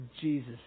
Jesus